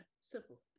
Simple